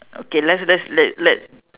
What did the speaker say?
okay let's let's let let